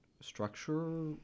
structure